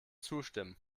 zustimmen